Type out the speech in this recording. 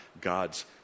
God's